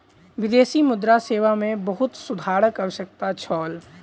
विदेशी मुद्रा सेवा मे बहुत सुधारक आवश्यकता छल